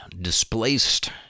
displaced